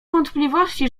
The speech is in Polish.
wątpliwości